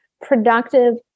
productive